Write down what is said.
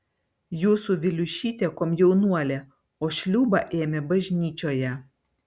jūsų viliušytė komjaunuolė o šliūbą ėmė bažnyčioje